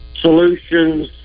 Solutions